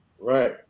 Right